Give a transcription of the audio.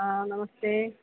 हा नमस्ते